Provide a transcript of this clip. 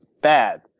bad